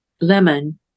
Lemon